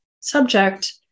subject